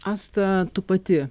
asta tu pati